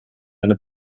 eine